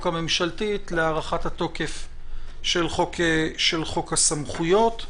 הממשלתית להארכת התוקף של חוק הסמכויות.